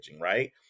right